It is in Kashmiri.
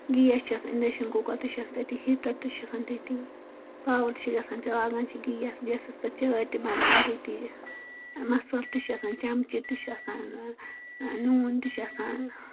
گیس چھُ آسان انڑکشن کُکر تہِ چھُ آسان تٔتی ہیٹر تہِ چھُ آسان تٔتی پاور چھُ گژھان تہٕ لاگان چھِ گیس گیسس پٮ۪ٹھ چایہِ تہِ بناوان تَتہِ مَثال تہِ چھُ آسان چَمچہ تہِ چھُ آسان نوٗن تہِ چھُ آسان